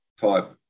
type